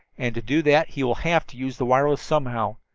and to do that he will have to use the wireless somehow.